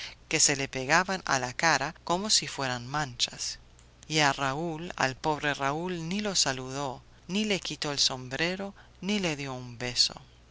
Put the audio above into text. que se le pegaban a la cara como si fueran manchas y a raúl al pobre raúl ni lo saludó ni le quitó el sombrero ni le dio un beso